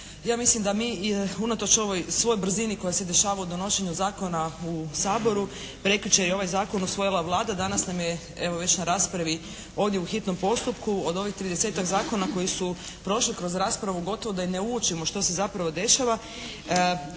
Ja mislim da mi i unatoč ovoj svoj brzini koja se dešava u donošenju zakona u Saboru, prekjučer je ovaj zakon usvojila Vlada danas nam je evo već na raspravi ovdje u hitnom postupku. Od ovih 30.-tak zakona koji su prošli kroz raspravu gotovo da i ne uočimo što se zapravo dešava,